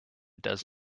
does